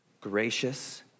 gracious